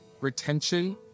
retention